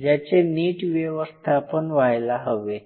ज्याचे नीट व्यवस्थापन व्हायला हवे